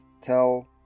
tell